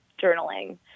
Journaling